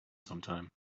sometime